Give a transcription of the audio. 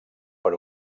per